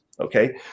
Okay